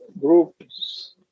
groups